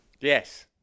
Yes